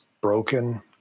broken